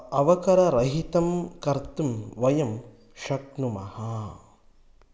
अवकररहितं कर्तुं वयं शक्नुमः